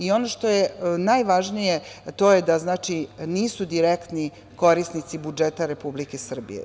Ono što je najvažnije, to je da nisu direktni korisnici budžeta Republike Srbije.